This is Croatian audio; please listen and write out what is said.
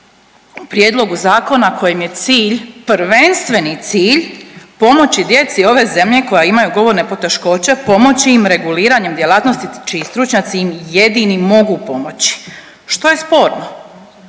u prijedlogu zakona kojem je cilj, prvenstveni cilj pomoći djeci ove zemlje koja imaju govorne poteškoće, pomoći im reguliranjem djelatnosti čiji stručnjaci im jedini mogu pomoći? Što je sporno?